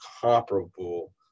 comparable